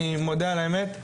אני מודה על האמת,